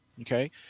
okay